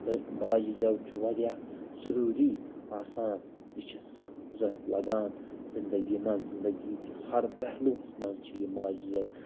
تہٕ ماجہِ زٮ۪و چھُ واریاہ ضٔروٗری آسان یہِ چھِ سخ ضوٚرتھ لگان زندگی منٛز زندگی کہِ ہر پہلُوَس منٛز چھِ یہِ ماجہِ زٮ۪و